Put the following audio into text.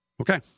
Okay